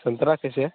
संतरा कैसे है